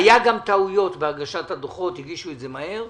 היו גם טעויות בהגשת הדוחות, הגישו את זה מהר.